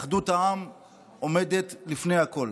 אחדות העם עומדת לפני הכול.